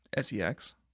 SEX